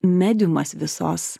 mediumas visos